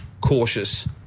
cautious